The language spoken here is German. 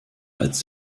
als